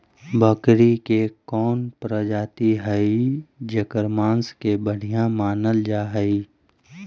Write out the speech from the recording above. बकरी के कौन प्रजाति हई जेकर मांस के बढ़िया मानल जा हई?